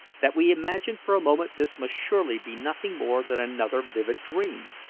that we imagined for a moment this must surely be nothing more than another vivid dream.